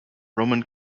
roman